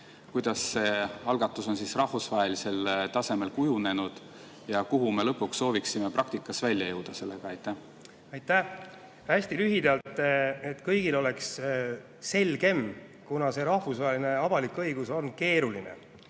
Kuidas see algatus on rahvusvahelisel tasemel kujunenud ja kuhu me lõpuks sooviksime praktikas välja jõuda sellega? Aitäh! Hästi lühidalt, et kõigil oleks selgem, rahvusvaheline avalik õigus on